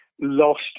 lost